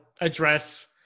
address